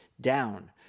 down